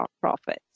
profits